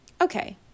Okay